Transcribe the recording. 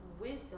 wisdom